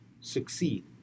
succeed